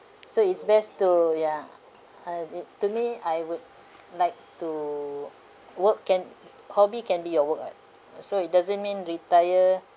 so it's best to ya I would to me I would like to work can hobby can be your work [what] so it doesn't mean retire